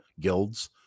guilds